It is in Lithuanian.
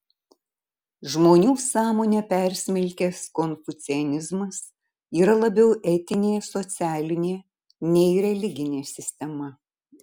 žmonių sąmonę persmelkęs konfucianizmas yra labiau etinė socialinė nei religinė sistema